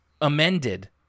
amended